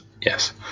Yes